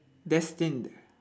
destined